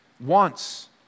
wants